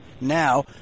now